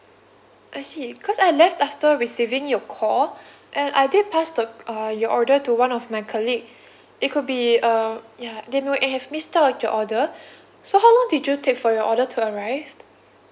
I see cause I left after receiving your call and I did passed the uh your order to one of my colleague it could be a ya they m~ may have missed out your order so how did you take for your order to arrive